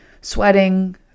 sweating